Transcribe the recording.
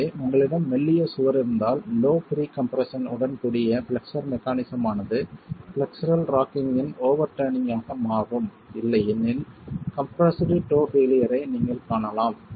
எனவே உங்களிடம் மெல்லிய சுவர் இருந்தால் லோ ப்ரீ கம்ப்ரெஸ்ஸன் உடன் கூடிய பிளக்ஸர் மெக்கானிஸம் ஆனது பிளக்ஸர் ராக்கிங்கின் ஓவெர்ட்டர்னிங் ஆக மாறும் இல்லையெனில் கம்ப்ரெஸ்டு டோ பெயிலியர் ஐ நீங்கள் காணலாம்